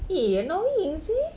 eh annoying seh